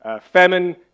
famine